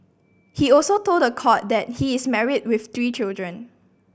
he also told the court that he is married with three children